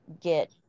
get